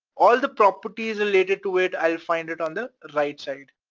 all the properties related to it, i'll find it on the right side.